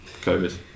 COVID